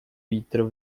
vítr